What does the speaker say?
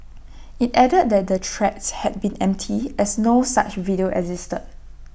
IT added that the threats had been empty as no such video existed